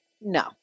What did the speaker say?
No